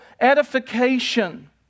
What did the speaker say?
edification